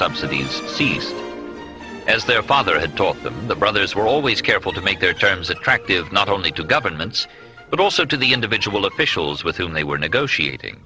subsidies ceased as their father had taught them the brothers were always careful to make their terms attractive not only to governments but also to the individual officials with whom they were negotiating